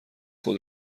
خود